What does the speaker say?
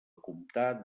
comptar